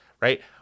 right